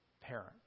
parent